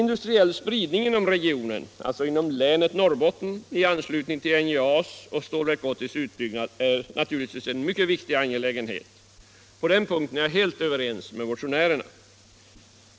Industriell spridning inom regionen — alltså Norrbottens län — i anslutning till utbyggnad av NJA och Stålverk 80 är naturligtvis en viktig angelägenhet — på den punkten är jag helt överens med motionärerna.